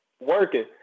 working